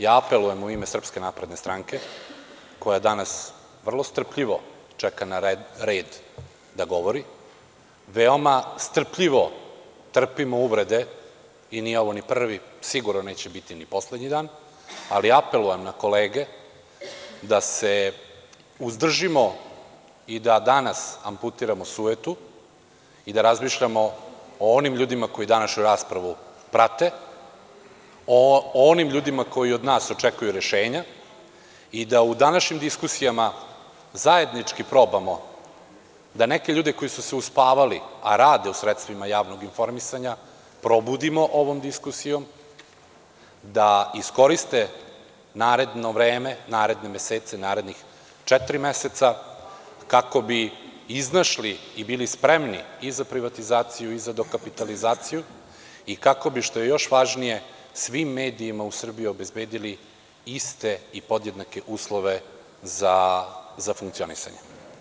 Ja apelujem u ime SNS, koja danas vrlo strpljivo čeka na red da govori, veoma strpljivo trpimo uvrede, i nije ovo ni prvi, sigurno neće biti ni poslednji dan, ali apelujem na kolege da se uzdržimo i da danas amputiramo sujetu i da razmišljamo o onim ljudima koji današnju raspravu prate, o onim ljudima koji od nas očekuju rešenja i da u današnjim diskusijama zajednički probamo da neke ljude koji su se uspavali, a rade u sredstvima javnog informisanja, probudimo ovom diskusijom, da iskoriste naredno vreme, naredne mesece, narednih četiri meseca, kako bi iznašli i bili spremni i za privatizaciju i za dokapitulaciju i kako bi, što je još važnije, svim medijima u Srbiji obezbedili iste i podjednake uslove za funkcionisanje.